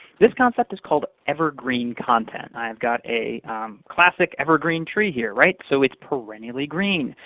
this concept is called evergreen content. i've got a classic evergreen tree here. right? so it's perennially green.